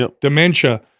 dementia